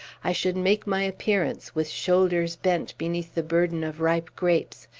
i should make my appearance, with shoulders bent beneath the burden of ripe grapes,